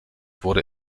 wurde